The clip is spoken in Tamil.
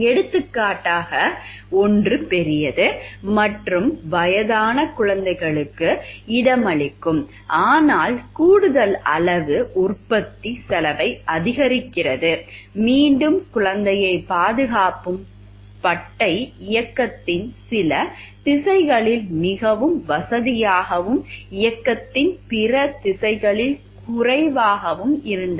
எடுத்துக்காட்டாக ஒன்று பெரியது மற்றும் வயதான குழந்தைகளுக்கு இடமளிக்கும் ஆனால் கூடுதல் அளவு உற்பத்திச் செலவை அதிகரிக்கிறது மீண்டும் குழந்தையைப் பாதுகாக்கும் பட்டை இயக்கத்தின் சில திசைகளில் மிகவும் வசதியாகவும் இயக்கத்தின் பிற திசைகளில் குறைவாகவும் இருந்தது